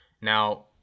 Now